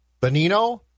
Benino